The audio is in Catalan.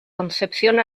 concepción